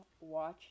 Watch